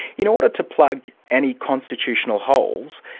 in order to plug any constitutional holes,